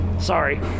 sorry